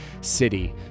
city